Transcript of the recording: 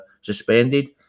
suspended